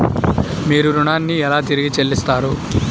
మీరు ఋణాన్ని ఎలా తిరిగి చెల్లిస్తారు?